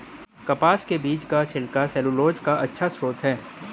कपास के बीज का छिलका सैलूलोज का अच्छा स्रोत है